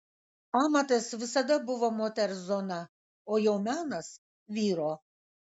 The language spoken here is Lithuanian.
amatas visada buvo moters zona o jau menas vyro